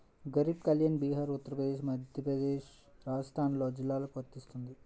గరీబ్ కళ్యాణ్ బీహార్, ఉత్తరప్రదేశ్, మధ్యప్రదేశ్, రాజస్థాన్లోని జిల్లాలకు వర్తిస్తుంది